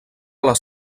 les